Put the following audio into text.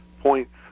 points